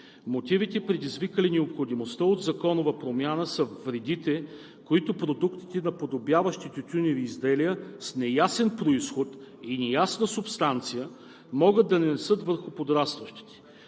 Мотивите, предизвикали необходимостта от законова промяна, са вредите, които продуктите, наподобяващи тютюневи изделия с неясен произход и неясна субстанция, могат да нанесат върху подрастващите.